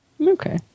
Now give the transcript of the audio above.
Okay